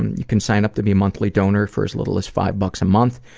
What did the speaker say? you can sign up to be a monthly donor for as little as five bucks a month,